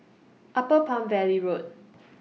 Upper Palm Valley Road